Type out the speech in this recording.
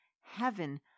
Heaven